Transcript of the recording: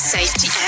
Safety